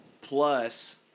plus